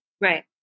Right